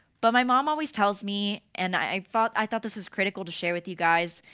but my mom always tells me and i thought i thought this was critical to share with you guys,